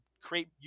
create